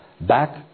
back